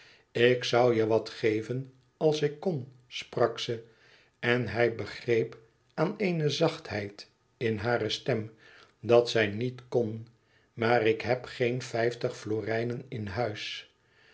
ik zoû je wat geven als ik kon sprak ze en hij begreep aan eene zachtheid in hare stem dat zij niet kon maar ik heb geen vijftig florijnen in huis